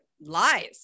lies